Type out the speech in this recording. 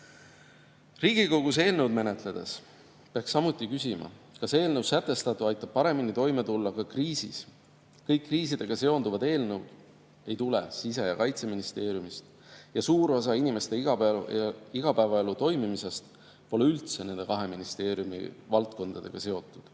Riigikogus eelnõusid menetledes peaks samuti küsima, kas eelnõus sätestatu aitab paremini toime tulla ka kriisis. Kõik kriisidega seonduvad eelnõud ei tule Siseministeeriumist ega Kaitseministeeriumist ja suur osa inimeste igapäevaelu toimimisest pole üldse nende kahe ministeeriumi valdkondadega seotud.